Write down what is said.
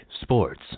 sports